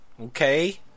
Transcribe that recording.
Okay